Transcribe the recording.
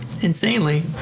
insanely